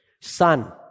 Son